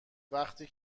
وقتی